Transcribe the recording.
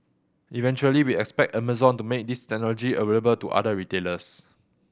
eventually we expect Amazon to make this technology available to other retailers